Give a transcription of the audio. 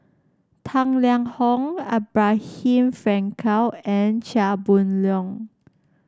Tang Liang Hong Abraham Frankel and Chia Boon Leong